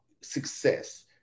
success